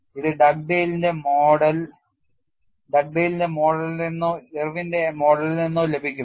ഇത് ഡഗ്ഡെയ്ലിന്റെ മോഡലിൽ നിന്നോ ഇർവിന്റെ മോഡലിൽ നിന്നോ ലഭിക്കും